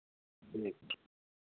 बुझलियै